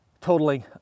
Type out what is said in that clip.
totaling